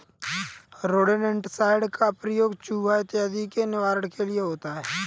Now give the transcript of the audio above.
rodenticide का प्रयोग चुहा इत्यादि के निवारण के लिए होता है